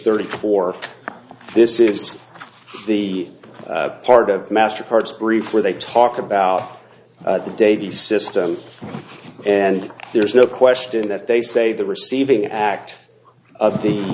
thirty four this is the part of master card's brief where they talk about the day the system and there's no question that they say the receiving act of the